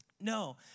No